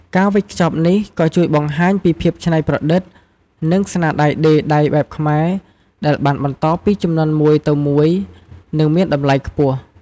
ការវេចខ្ចប់នេះក៏ជួយបង្ហាញពីភាពច្នៃប្រឌិត និងស្នាដៃដេរដៃបែបខ្មែរ ដែលបានបន្តពីជំនាន់មួយទៅមួយ និងមានតម្លៃខ្ពស់។